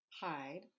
hide